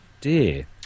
dear